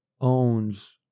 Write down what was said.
owns